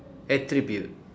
attribute